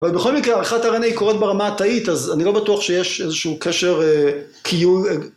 אבל בכל מקרה, ערכת הרני קורות ברמה תאית, אז אני לא בטוח שיש איזשהו קשר קיול...